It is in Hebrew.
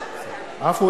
(קורא בשמות חברי הכנסת) עפו